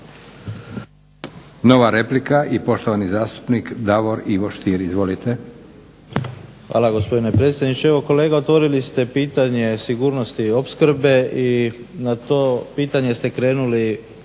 Nova replika i poštovani zastupnik Davor Ivo Stier. Izvolite. **Stier, Davor Ivo (HDZ)** Hvala gospodine predsjedniče. Evo kolega otvorili ste pitanje sigurnosti i opskrbe i na to pitanje ste krenuli